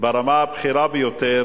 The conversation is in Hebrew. ברמה הבכירה ביותר,